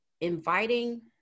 inviting